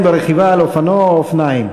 ברכיבה על אופנוע או אופניים),